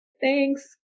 Thanks